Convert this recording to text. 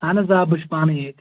اَہن حظ آ بہٕ چھُس پانَے ییٚتہِ